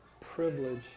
privilege